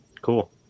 Cool